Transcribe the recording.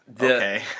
okay